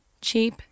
cheap